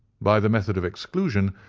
by the method of exclusion,